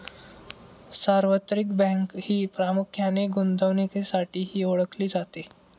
सार्वत्रिक बँक ही प्रामुख्याने गुंतवणुकीसाठीही ओळखली जाते